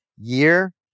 year